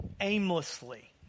aimlessly